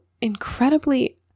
incredibly